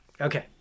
Okay